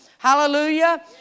Hallelujah